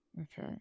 Okay